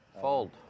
Fold